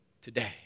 today